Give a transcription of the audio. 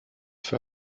für